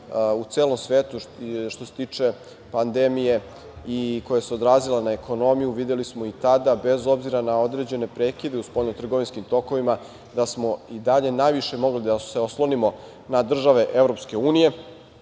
u celom svetu što se tiče pandemije i koja se odrazila na ekonomiju. Videli smo i tada, bez obzira na određene prekide u spoljnotrgovinskim tokovima, da smo i dalje najviše mogli da se oslonimo na države